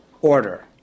order